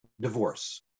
divorce